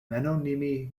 menominee